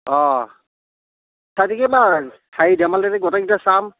অঁ কিমান হাঁহি ধেমালিৰে গোটেইকেইটাই চাম